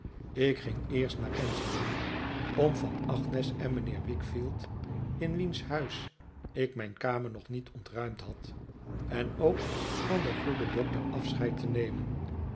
ik ging eerst naar canterbury om van agnes en mijnheer wickefield in wiens huis ik mijn kamer nog niet ontruimd had en ook van den goeden doctor afscheid te nemen